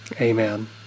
Amen